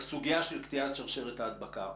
בסוגיה של קטיעת שרשרת ההדבקה.